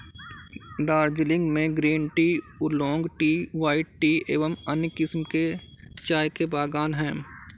दार्जिलिंग में green tea, oolong tea, white tea एवं अन्य किस्म के चाय के बागान हैं